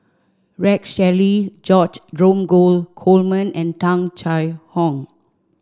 Rex Shelley George Dromgold Coleman and Tung Chye Hong